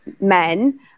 men